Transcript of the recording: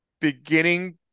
beginning